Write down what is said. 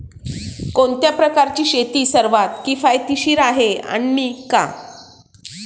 कोणत्या प्रकारची शेती सर्वात किफायतशीर आहे आणि का?